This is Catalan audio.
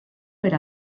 per